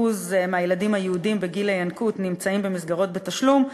מהילדים היהודים בגיל הינקות נמצאים במסגרות בתשלום,